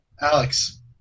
Alex